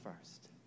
first